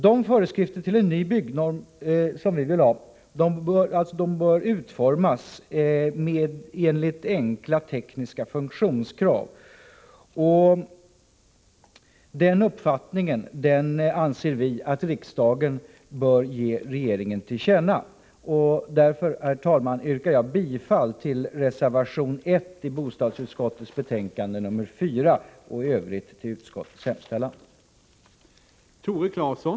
De föreskrifter som vi vill ha i en ny byggnorm bör utgöras av enkla tekniska funktionskrav. Den uppfattningen anser vi att riksdagen bör ge regeringen till känna. Därför, herr talman, yrkar jag bifall till reservation 1 i bostadsutskottets betänkande nr 4 och i övrigt till utskottets hemställan.